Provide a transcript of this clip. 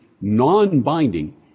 non-binding